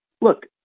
look